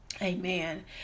Amen